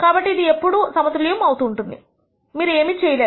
కాబట్టి ఇది ఎప్పుడూ సమతుల్యం ఉంటుంది మీరు ఏమీ చేయలేరు